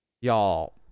Y'all